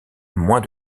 moins